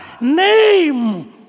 name